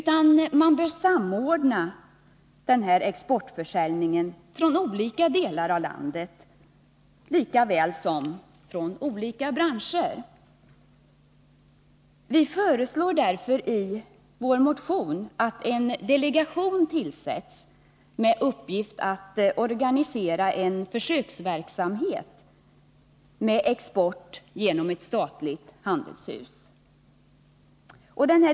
Man bör kunna samordna exportförsäljningen från olika delar av landet lika väl som från olika branscher. Vi föreslår därför i vår motion att en delegation tillsätts med uppgift att organisera en försöksverksamhet med export genom ett statligt handelshus.